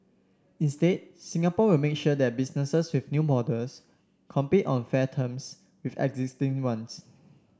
instead Singapore will make sure that businesses with new models compete on fair terms with existing ones